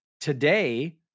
today